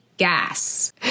gas